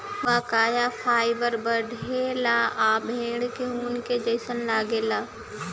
हुआकाया फाइबर बढ़ेला आ भेड़ के ऊन के जइसन लागेला